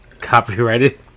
copyrighted